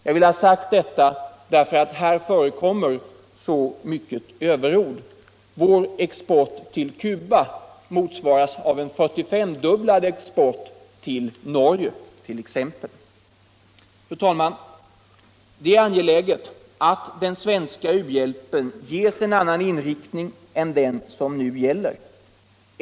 Jag har velat säga detta därför att det i denna fråga förekommer så mycket överord. Vår export till Cuba kan jämföras med en 45-dubbelht större export till Norge t.ex. Fru talman! Det är angeläget att den svenska u-kjälpen ges en annan inriktning än den som nu gäller.